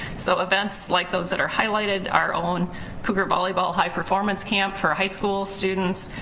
so events like those that are highlighted our own cougar volleyball high performance camp for high school students,